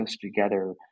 together